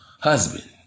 husband